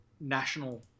national